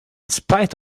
spite